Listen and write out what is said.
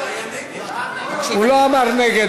הוא אמר נגד.